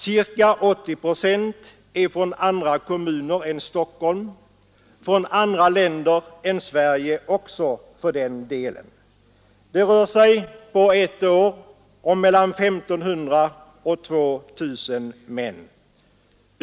Ca 80 procent är från andra kommuner än Stockholm — från andra länder än Sverige också, för den delen. Det rör sig på ett år om mellan 1 500 och 2 000 män.